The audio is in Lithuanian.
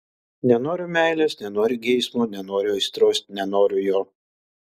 nenoriu meilės nenoriu geismo nenoriu aistros nenoriu jo